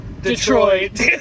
Detroit